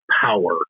power